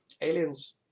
Aliens